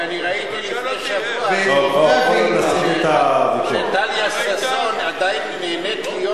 כי אני ראיתי לפני שבוע שטליה ששון עדיין נהנית להיות